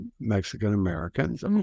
Mexican-Americans